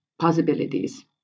possibilities